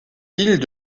villes